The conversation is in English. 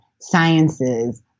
sciences